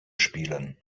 spielen